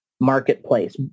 marketplace